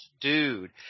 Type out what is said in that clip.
dude